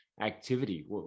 activity